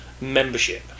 membership